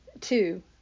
two